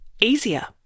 easier